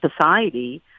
society